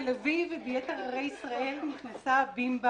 בתל אביב וביתר ערי ישראל נוסעת בימבה,